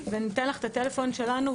וניתן לך את הטלפון שלנו,